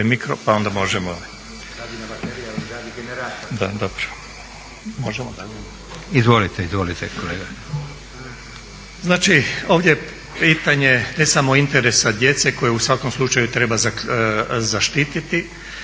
Znači ovdje pitanje, ne samo interesa djece koje u svakom slučaju treba zaštiti,